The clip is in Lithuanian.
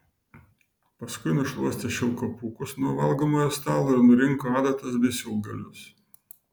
paskui nušluostė šilko pūkus nuo valgomojo stalo ir nurinko adatas bei siūlgalius